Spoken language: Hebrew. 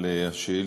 יוגב.